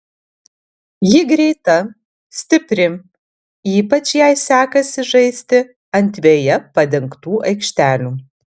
ji greita stipri ypač jai sekasi žaisti ant veja padengtų aikštelių